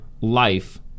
life